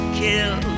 kill